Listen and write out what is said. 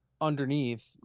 underneath